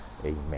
amen